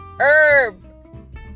Herb